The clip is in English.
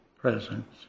presence